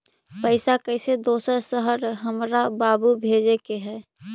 पैसा कैसै दोसर शहर हमरा बाबू भेजे के है?